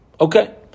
Okay